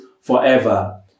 forever